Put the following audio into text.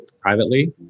privately